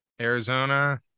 Arizona